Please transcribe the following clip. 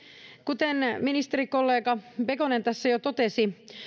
kuten ministerikollega pekonen tässä jo totesi